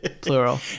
plural